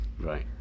Right